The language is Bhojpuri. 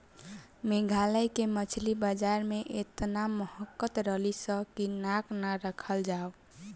मेघालय के मछली बाजार में एतना महकत रलीसन की नाक ना राखल जाओ